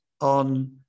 on